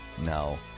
No